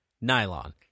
nylon